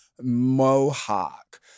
Mohawk